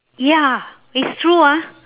ya it's true ah